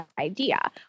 idea